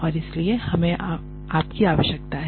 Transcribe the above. और इसलिए हमें आपकी आवश्यकता है